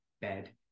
bed